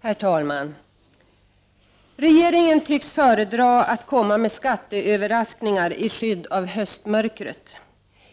Herr talman! Regeringen tycks föredra att komma med skatteöverraskningar i skydd av höstmörkret.